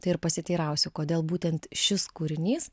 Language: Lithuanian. tai ir pasiteirausiu kodėl būtent šis kūrinys